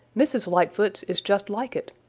mrs. lightfoot's is just like it,